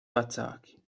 vecāki